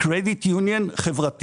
Credit Union חברתית.